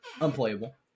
Unplayable